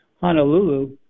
Honolulu